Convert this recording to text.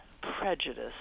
prejudice